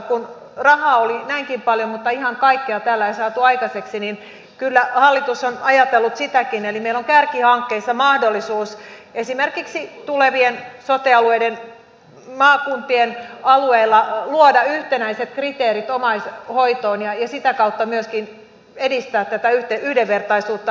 kun rahaa oli näinkin paljon mutta ihan kaikkea tällä ei saatu aikaiseksi niin kyllä hallitus on ajatellut sitäkin eli meillä on kärkihankkeissa mahdollisuus esimerkiksi tulevien sote alueiden maakuntien alueella luoda yhtenäiset kriteerit omaishoitoon ja sitä kautta myöskin edistää tätä yhdenvertaisuutta